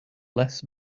less